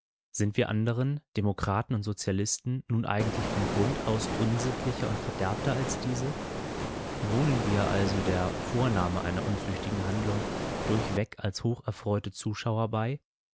sind wir anderen demokraten und sozialisten nun eigentlich von grund aus unsittlicher und verderbter als diese wohnen wir also der vornahme einer unzüchtigen handlung durchweg als hocherfreute zuschauer bei